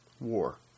war